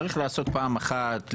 צריך לעשות פעם אחת,